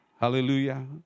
Hallelujah